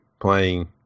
playing